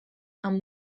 amb